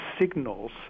signals